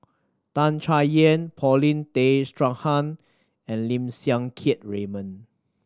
Tan Chay Yan Paulin Tay Straughan and Lim Siang Keat Raymond